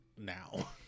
Now